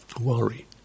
Worry